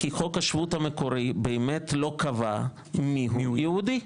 כי חוק השבות המקורי באמת לא קבע מיהו יהודי.